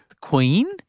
Queen